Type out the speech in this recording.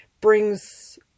brings